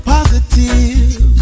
Positive